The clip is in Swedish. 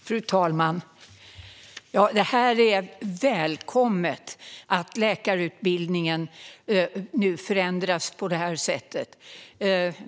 Fru talman! Det är välkommet att läkarutbildningen nu förändras på det här sättet.